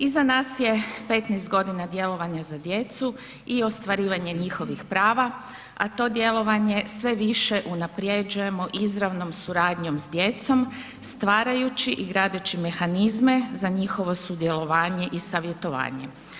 Iza nas je 15 godina djelovanja za djecu i ostvarivanje njihovih prava a to djelovanje sve više unapređujemo izravnom suradnjom s djecom, stvarajući i gradeći mehanizme za njihovo sudjelovanje i savjetovanje.